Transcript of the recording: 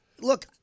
Look